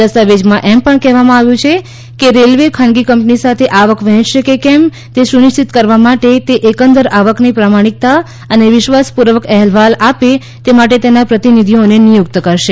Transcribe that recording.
દસ્તાવેજમાં એમ પણ કહેવામાં આવ્યું છે કે રેલવે ખાનગી કંપની સાથે આવક વહેંચશે કે કેમ તે સુનિશ્ચિત કરવા માટે કે તે એકંદર આવકની પ્રામાણિકતા અને વિશ્વાસપૂર્વક અહેવાલ આપે તે માટે તેના પ્રતિનિધિઓને નિયુક્ત કરશે